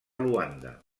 luanda